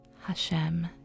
Hashem